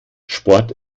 sport